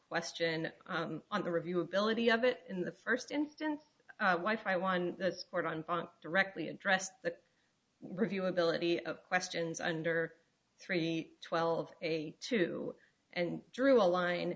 question on the review ability of it in the first instance wife i won the support on ponte directly addressed the review ability of questions under three twelve a to do and drew a line